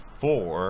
four